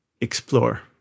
explore